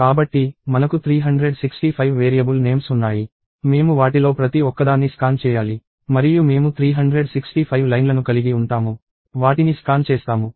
కాబట్టి మనకు 365 variable names ఉన్నాయి మేము వాటిలో ప్రతి ఒక్కదాన్ని స్కాన్ చేయాలి మరియు మేము 365 లైన్లను కలిగి ఉంటాము వాటిని స్కాన్ చేస్తాము